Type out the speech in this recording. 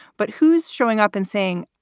but who's showing up and saying,